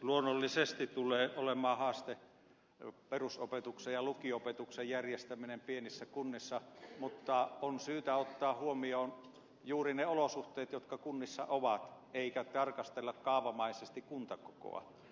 luonnollisesti tulee olemaan haaste perusopetuksen ja lukio opetuksen järjestäminen pienissä kunnissa mutta on syytä ottaa huomioon juuri ne olosuhteet jotka kunnissa ovat eikä tarkastella kaavamaisesti kuntakokoa